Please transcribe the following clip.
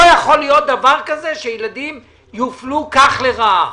לא יכול להיות דבר כזה, שילדים יופלו כך לרעה.